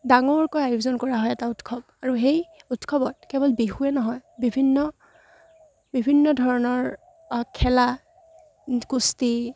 ডাঙৰকৈ আয়োজন কৰা হয় এটা উৎসৱ আৰু সেই উৎসৱত কেৱল বিহুৱে নহয় বিভিন্ন বিভিন্ন ধৰণৰ খেলা কুস্তি